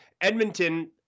Edmonton